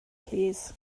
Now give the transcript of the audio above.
plîs